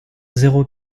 zéro